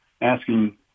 asking